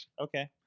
Okay